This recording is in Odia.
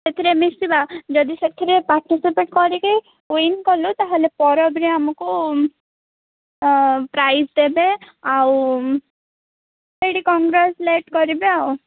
ସେଥିରେ ମିଶିବା ଯଦି ସେଥିରେ ପାର୍ଟିସିପେଟ୍ କରିକି ୱିନ୍ କଲୁ ତା'ହେଲେ ପର୍ବରେ ଆମକୁ ପ୍ରାଇଜ୍ ଦେବେ ଆଉ ସେଇଟି କଂଗ୍ରାଜୁଲେସନ୍ କରିବେ ଆଉ